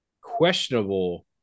questionable